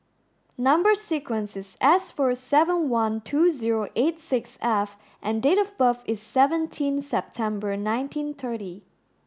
number sequence is S four seven one two zero eight six F and date of birth is seventeen September nineteen thirty